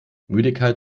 müdigkeit